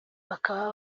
bakaba